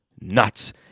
nuts